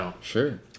Sure